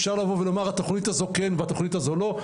אפשר לבוא ולומר, התוכנית הזו כן והתוכנית הזו לא.